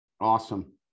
Awesome